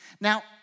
Now